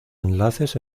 enlaces